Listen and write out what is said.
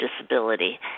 disability